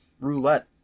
roulette